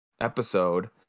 episode